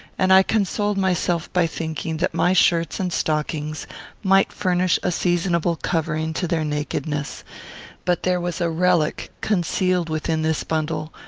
and i consoled myself by thinking that my shirts and stockings might furnish a seasonable covering to their nakedness but there was a relic concealed within this bundle,